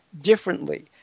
differently